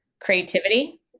creativity